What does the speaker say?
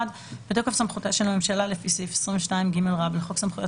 בתוקף סמכותה של הממשלה לפי סעיף 22ג לחוק סמכויות